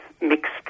mixed